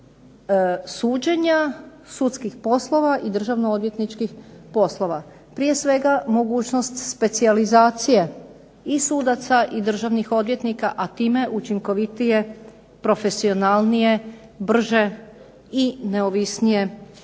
suđenja, sudskih poslova i državno-odvjetničkih poslova. Prije svega mogućnost specijalizacije i sudaca i državnih odvjetnika a time učinkovitije profesionalnije, brže i neovisnije sudovanje